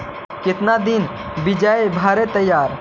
कितना दिन बियाज भरे परतैय?